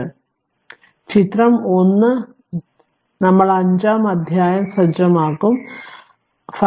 അതിനാൽ ചിത്രം 1 ഞങ്ങൾ അഞ്ചാം അധ്യായം സജ്ജമാക്കും 5